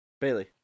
bailey